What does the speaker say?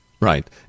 Right